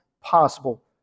possible